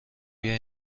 بیا